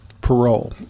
parole